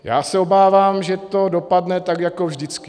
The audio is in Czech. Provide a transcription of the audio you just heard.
Já se obávám, že to dopadne tak jako vždycky.